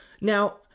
Now